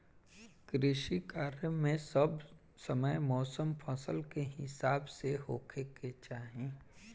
कृषि कार्य मे सब समय मौसम फसल के हिसाब से होखे के चाही